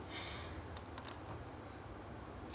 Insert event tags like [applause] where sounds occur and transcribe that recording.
[breath]